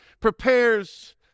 prepares